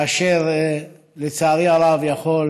כאשר, לצערי הרב, יכול